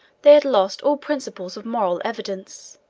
they had lost all principles of moral evidence,